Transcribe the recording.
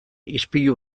ispilu